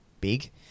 big